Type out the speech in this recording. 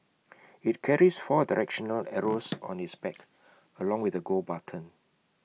IT carries four directional arrows on its back along with A go button